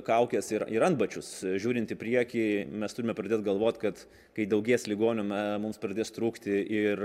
kaukes ir ir antbačius žiūrint į priekį mes turime pradėt galvot kad kai daugės ligonių na mums pradės trūkti ir